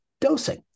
dosing